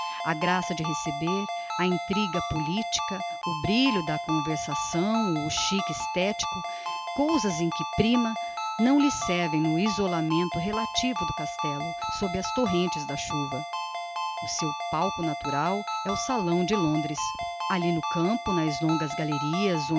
a graça de receber a intriga politica o brilho da conversação o chic esthetico cousas em que prima não lhe servem no isolamento relativo do castello sob as torrentes da chuva o seu palco natural é o salão de londres alli no campo nas longas galerias